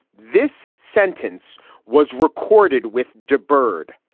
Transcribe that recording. this sentence was recorded with dear bird.